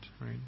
right